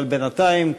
אבל בינתיים,